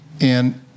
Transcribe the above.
And-